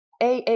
AA